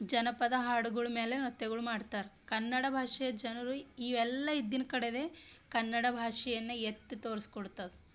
ಜನಪದ ಹಾಡುಗಳ ಮೇಲೆ ನೃತ್ಯಗಳು ಮಾಡ್ತಾರೆ ಕನ್ನಡ ಭಾಷೆಯ ಜನರು ಇವೆಲ್ಲ ಇದ್ದಿದ್ ಕಡೆದೆ ಕನ್ನಡ ಭಾಷೆಯನ್ನು ಎತ್ತಿ ತೋರ್ಸ್ಕೊಡ್ತದೆ